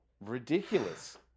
ridiculous